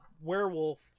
werewolf